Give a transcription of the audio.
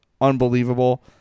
unbelievable